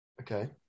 Okay